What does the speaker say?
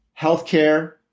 Healthcare